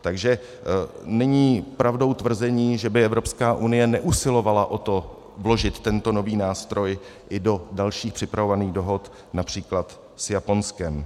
Takže není pravdou tvrzení, že by Evropská unie neusilovala o to vložit tento nový nástroj i do dalších připravovaných dohod, například s Japonskem.